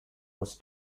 was